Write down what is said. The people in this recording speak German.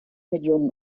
millionen